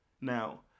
Now